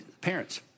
Parents